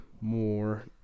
more